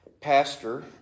pastor